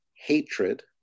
hatred